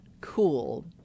cool